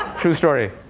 true story.